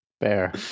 Fair